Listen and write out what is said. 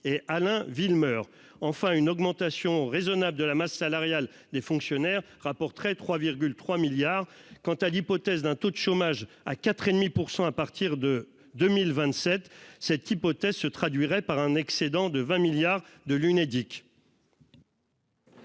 et Alain Villemeur enfin une augmentation raisonnable de la masse salariale des fonctionnaires rapporterait 3 3 milliards. Quant à l'hypothèse d'un taux de chômage à 4 et demi pour 100, à partir de 2027, cette hypothèse se traduirait par un excédent de 20 milliards de l'Unédic.